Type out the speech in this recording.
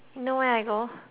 you know where I go